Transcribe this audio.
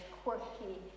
quirky